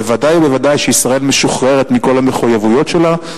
בוודאי ובוודאי ישראל משוחררת מכל המחויבויות שלה,